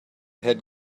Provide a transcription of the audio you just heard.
had